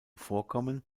vorkommen